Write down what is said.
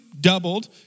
doubled